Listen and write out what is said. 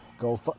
Go